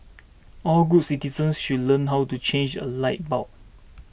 all good citizens should learn how to change a light bulb